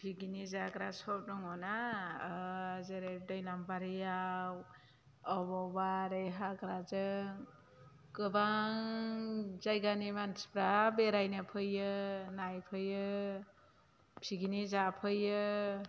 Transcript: picnic जाग्रा sir दङना जेरै दैलामबारिआव बबेयावबा ओरै हाग्राजों गोबां जायगानि मानसिफोरा बेरायनो फैयो नायफैयो पिकनिक जाफैयो